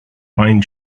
pine